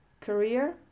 Career